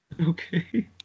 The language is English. Okay